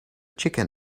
chicken